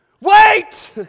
Wait